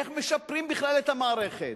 איך משפרים בכלל את המערכת.